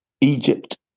Egypt